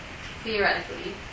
theoretically